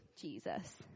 Jesus